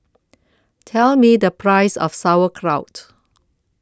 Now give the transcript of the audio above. Tell Me The Price of Sauerkraut